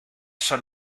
son